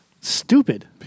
stupid